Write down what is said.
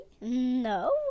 No